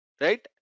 right